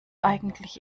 eigentlich